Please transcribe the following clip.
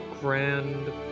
Grand